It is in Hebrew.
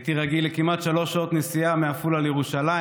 הייתי רגיל לכמעט שלוש שעות נסיעה מעפולה לירושלים,